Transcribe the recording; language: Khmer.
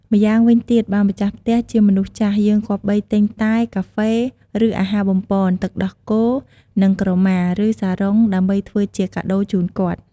ម្យ៉ាងវិញទៀតបើម្ចាស់ផ្ទះជាមនុស្សចាស់យើងគប្បីទិញ តែ កាហ្វេ ឬអាហារបំប៉ន ទឹកដោះគោរនិងក្រម៉ា ឬសារ៉ុងដើម្បីធ្វើជាកាដូរជូនគាត់។